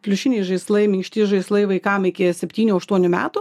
pliušiniai žaislai minkšti žaislai vaikam iki septynių aštuonių metų